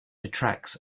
attracts